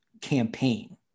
campaign